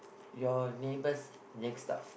your neighbours next door